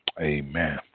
amen